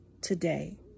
today